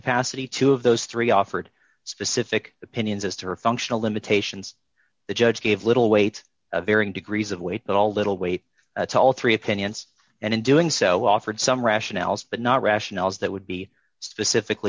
capacity two of those three offered specific opinions as to her functional limitations the judge gave little weight of varying degrees of weight but all little weight to all three opinions and in doing so often some rationales but not rationales that would be specific